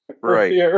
Right